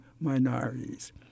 minorities